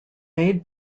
made